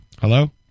Hello